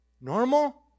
normal